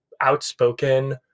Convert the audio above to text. outspoken